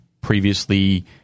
previously